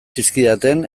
zizkidaten